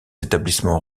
établissements